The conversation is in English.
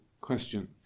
question